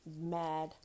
mad